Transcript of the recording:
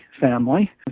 family